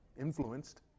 influenced